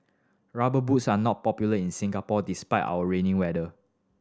Rubber Boots are not popular in Singapore despite our rainy weather